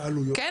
כן?